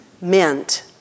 meant